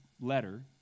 letter